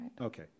Okay